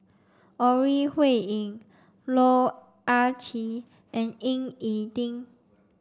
Ore Huiying Loh Ah Chee and Ying E Ding